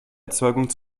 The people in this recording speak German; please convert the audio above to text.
erzeugung